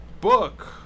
book